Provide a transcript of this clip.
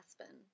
Aspen